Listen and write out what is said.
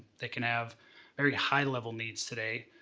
they can have very high level needs today,